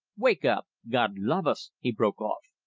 wake up, god luv us! he broke off.